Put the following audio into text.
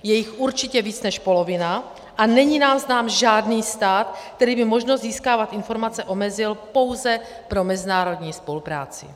Je jich určitě víc než polovina a není nám znám žádný stát, který by možnost získávat informace omezil pouze pro mezinárodní spolupráci.